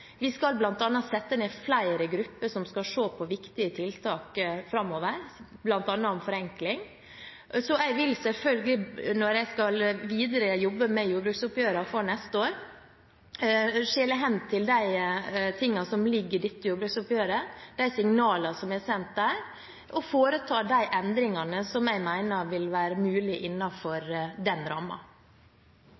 Vi skal bl.a. sette ned flere grupper som skal se på viktige tiltak framover, bl.a. forenkling. Jeg vil selvfølgelig når jeg skal jobbe videre med jordbruksoppgjøret for neste år, skjele hen til de tingene som ligger i dette jordbruksoppgjøret, og de signalene som er sendt der, og foreta de endringene som jeg mener vil være mulig